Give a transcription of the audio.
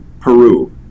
Peru